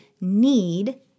need